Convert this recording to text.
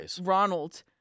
Ronald